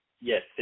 Yes